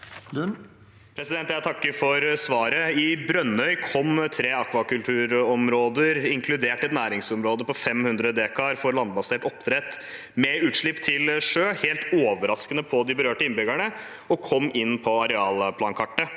Jeg takker for svaret. I Brønnøy kom tre akvakulturområder, inkludert et næringsområde på 500 dekar for landbasert oppdrett med utslipp til sjø, helt overraskende på de berørte innbyggerne da de kom inn på arealplankartet.